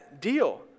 deal